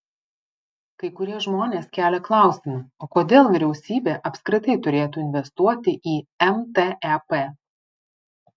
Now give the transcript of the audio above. kai kurie žmonės kelia klausimą o kodėl vyriausybė apskritai turėtų investuoti į mtep